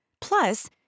Plus